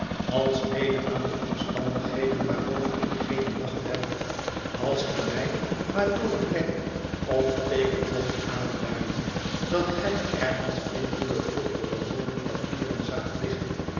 alsmede aan de omstandigheden waarover ik geene macht heb als ge mij maar door een wenk of teeken mocht aanduiden dat gij ergens in uwe vroegere woning papieren zaagt liggen